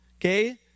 okay